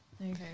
Okay